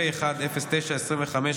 פ/109/25,